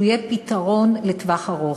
פתרון לטווח ארוך,